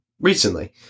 recently